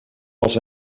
als